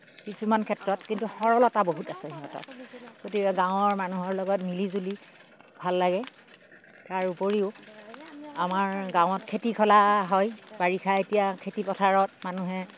কিছুমান ক্ষেত্ৰত কিন্তু সৰলতা বহুত আছে সিহঁতৰ গতিকে গাঁৱৰ মানুহৰ লগত মিলি জুলি ভাল লাগে তাৰ উপৰিও আমাৰ গাঁৱত খেতি খোলা হয় বাৰিষা এতিয়া খেতিপথাৰত মানুহে